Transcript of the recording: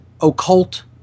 occult